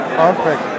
Perfect